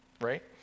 right